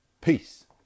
Peace